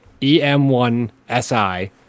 EM1SI